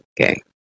okay